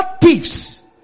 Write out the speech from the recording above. thieves